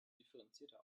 differenzierter